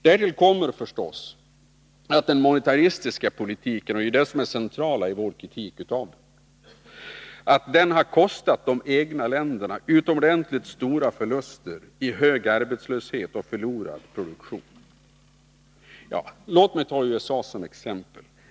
Därtill kommer förstås att den monetaristiska politiken — det är detta som är det centrala i vår kritik av den — kostat de egna länderna utomordentligt stora förluster i hög arbetslöshet och förlorad produktion. Låt mig ta USA som exempel.